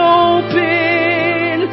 open